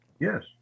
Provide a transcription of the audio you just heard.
Yes